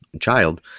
child